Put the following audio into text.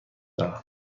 دارم